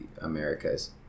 Americas